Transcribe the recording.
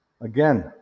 Again